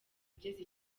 igeze